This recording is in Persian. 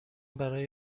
برای